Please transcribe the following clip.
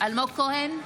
אלמוג כהן,